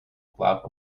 club